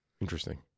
Interesting